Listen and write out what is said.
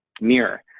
mirror